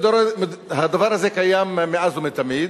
הדבר הזה קיים מאז ומתמיד.